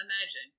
imagine